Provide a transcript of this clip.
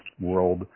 world